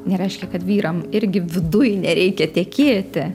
nereiškia kad vyram irgi viduj nereikia tekėti